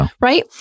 Right